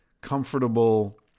comfortable